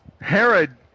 Herod